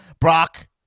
Brock